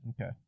Okay